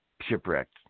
shipwrecked